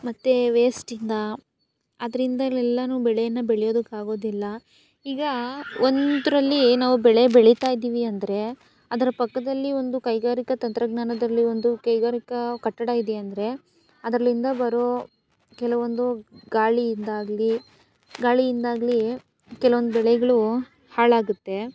ಮತ್ತು ವೇಸ್ಟಿಂದ ಅದ್ರಿಂದ ಎಲ್ಲನು ಬೆಳೆಯನ್ನು ಬೆಳಿಯೋದಕ್ಕೆ ಆಗೋದಿಲ್ಲ ಈಗ ಒಂದರಲ್ಲಿ ನಾವು ಬೆಳೆ ಬೆಳೀತಾ ಇದ್ದೀವಿ ಅಂದರೆ ಅದರ ಪಕ್ಕದಲ್ಲಿ ಒಂದು ಕೈಗಾರಿಕಾ ತಂತ್ರಜ್ಞಾನದಲ್ಲಿ ಒಂದು ಕೈಗಾರಿಕಾ ಕಟ್ಟಡ ಇದೆಯಂದ್ರೆ ಅದರಲ್ಲಿಂದ ಬರೋ ಕೆಲವೊಂದು ಗಾಳಿಯಿಂದ ಆಗಲಿ ಗಾಳಿಯಿಂದಾಗಲಿ ಕೆಲವೊಂದು ಬೆಳೆಗಳು ಹಾಳಾಗುತ್ತೆ